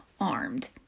armed